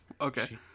Okay